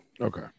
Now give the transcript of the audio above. Okay